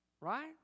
right